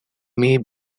may